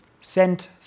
sent